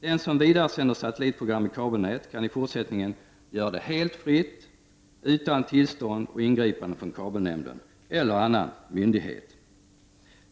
Den som vidaresänder satellitprogram i kabelnät kan i fortsättningen göra det helt fritt, utan tillstånd och ingripande från kabelnämnden eller annan myndighet.